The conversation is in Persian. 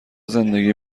زندگی